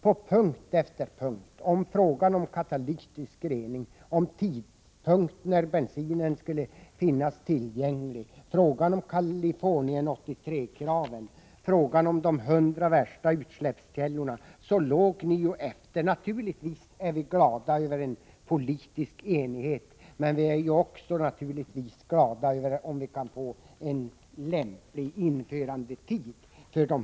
På punkt efter punkt — i fråga om katalytisk rening, tidpunkten när bensinen skulle finnas tillgänglig, Kalifornien 83-kraven och de 100 värsta utsläppskällorna — låg ni efter. Naturligtvis är vi glada över en politisk enighet, men vi är framför allt glada över om vi kan få en lämplig införandetid.